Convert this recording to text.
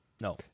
no